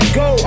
go